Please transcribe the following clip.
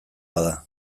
bada